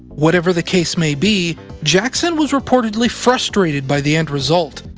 whatever the case may be, jackson was reportedly frustrated by the end result,